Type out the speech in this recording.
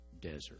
desert